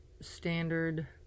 standard